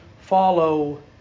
follow